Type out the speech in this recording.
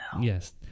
Yes